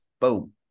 Boom